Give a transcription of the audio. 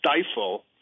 stifle